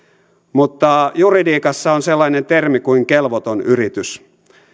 mutta juridiikassa on sellainen termi kuin kelvoton yritys